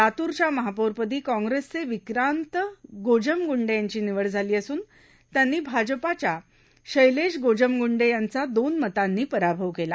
लातूरच्या महापौरपद किंग्रेसचे विक्रांत गोजमगुंडे यांचा निवड झालाअसून त्यांनाआजपाच्या शैलेश गोजमगुंडे यांचा दोन मतांनाराभव केला